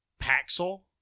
Paxel